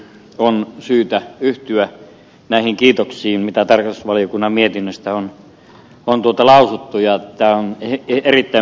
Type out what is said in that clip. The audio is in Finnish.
on syytä yhtyä näihin kiitoksiin mitä tarkastusvaliokunnan mietinnöstä on lausuttu ja tämä on erittäin merkittävää työtä